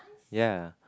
ya